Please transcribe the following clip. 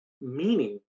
meaning